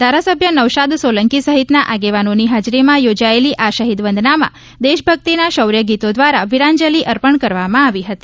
ધારાસભ્ય નૌશાદ સોલંકી સહિતના આગેવાનોની હાજરીમાં યોજાયેલી આ શહિદ વંદનામાં દેશભક્તિના શૌર્યગીતો દ્વારા વીરાંજલી અર્પણ કરવામાં આવી હતી